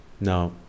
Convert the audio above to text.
Now